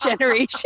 generation